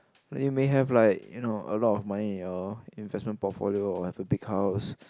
like you may have like you know a lot of money in your investment portfolio or have a big house